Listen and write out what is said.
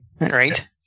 Right